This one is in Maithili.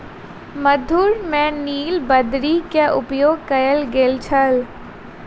मधुर में नीलबदरी के उपयोग कयल गेल छल